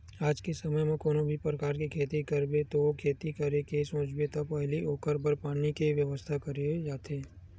आज के समे म कोनो भी परकार के खेती करबे ते खेती करे के सोचबे त पहिली ओखर बर पानी के बेवस्था करे जाथे